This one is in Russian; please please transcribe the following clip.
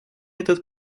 этот